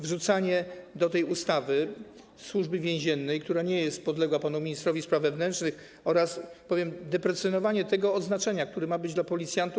Wrzucanie do tej ustawy Służby Więziennej, która nie jest podległa panu ministrowi spraw wewnętrznych, oraz - powiem - deprecjonowanie tego odznaczenia, które ma być dla policjantów.